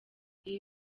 ibi